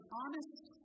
honest